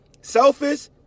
selfish